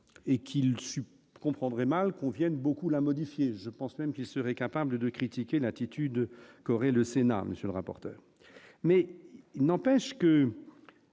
et qu'il comprendrait mal qu'on Vienne beaucoup la modifier, je pense même qu'il serait capable de critiquer l'attitude de Corée, le Sénat, monsieur le rapporteur, mais il n'empêche que